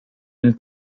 une